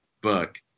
book